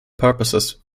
purposes